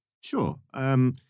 sure